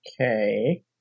Okay